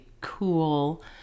cool